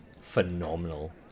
phenomenal